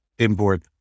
import